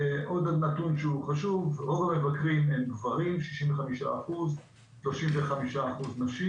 עוד נתון שהוא חשוב רוב המבקרים הם גברים 65% ו-35% נשים.